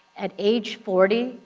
at age forty,